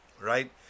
right